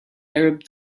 arab